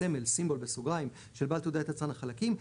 הסמל (symbol) של בעל תעודת יצרן החלקים,